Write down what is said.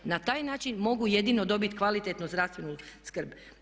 Na taj način mogu jedino dobiti kvalitetnu zdravstvenu skrb.